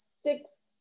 six